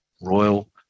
royal